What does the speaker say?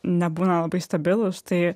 nebūna labai stabilūs tai